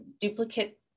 duplicate